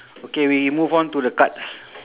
okay we move on to the cards